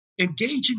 engaging